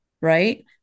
right